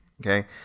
Okay